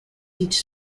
each